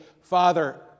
Father